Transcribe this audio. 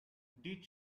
did